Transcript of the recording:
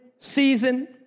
Season